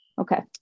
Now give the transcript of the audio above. Okay